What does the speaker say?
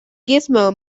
gizmo